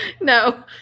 No